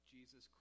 Jesus